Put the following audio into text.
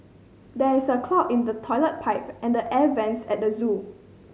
there is a clog in the toilet pipe and the air vents at the zoo